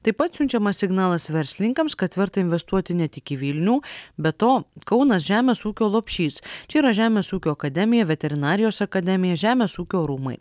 taip pat siunčiamas signalas verslininkams kad verta investuoti ne tik į vilnių be to kaunas žemės ūkio lopšys čia yra žemės ūkio akademija veterinarijos akademija žemės ūkio rūmai